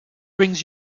brings